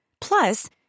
Plus